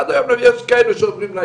יש הוראת בטיחות עולמית שהפס שבו מסכת החמצן